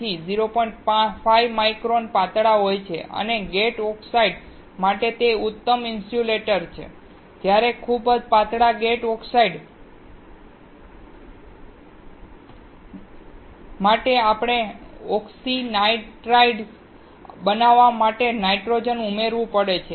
5 micron પાતળા હોય છે અને ગેટ ઓક્સાઇડ માટે ઉત્તમ ઇન્સ્યુલેટર હોય છે જ્યારે ખૂબ પાતળા ગેટ ઓક્સાઇડ માટે આપણે ઓક્સિનાઇટ્રાઇડ્સ બનાવવા માટે નાઇટ્રોજન ઉમેરવું પડે છે